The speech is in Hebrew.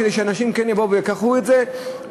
כדי שאנשים כן יבואו וייקחו את זה,